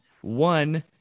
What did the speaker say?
One